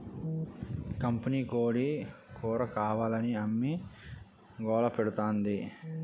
కంపినీకోడీ కూరకావాలని అమ్మి గోలపెడతాంది